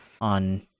on